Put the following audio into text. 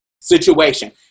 situation